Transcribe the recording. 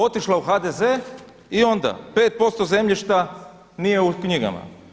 Otišla u HDZ i onda 5% zemljišta nije u knjigama.